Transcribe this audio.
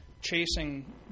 chasing